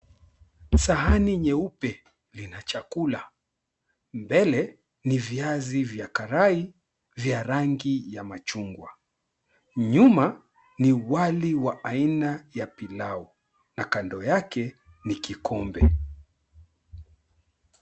Sahani nyeupe lina chakula mbele ni viazi vya karai vya rangi ya machungwa, nyuma ni wali wa aina ya pilau na kando yake ni kikombe.